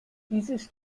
dieses